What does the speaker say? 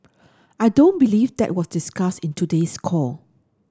I don't believe that was discussed in today's call